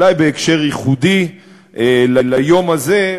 אולי בהקשר ייחודי של יום הזה,